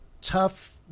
tough